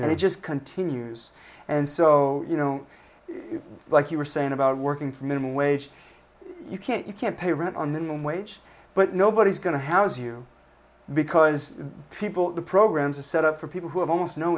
and it just continues and so you know like you were saying about working for minimum wage you can't you can't pay rent on minimum wage but nobody's going to house you because people the programs are set up for people who have